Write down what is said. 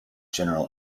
general